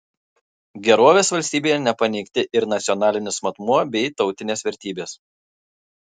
gerovės valstybėje nepaneigti ir nacionalinis matmuo bei tautinės vertybės